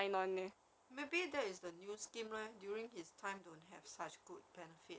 maybe that is the new scheme leh during his time don't have such good benefit